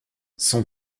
son